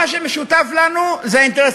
מה שמשותף לנו זה האינטרס